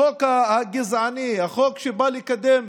החוק הגזעני, החוק שבא לקדם